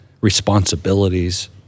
responsibilities